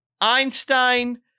Einstein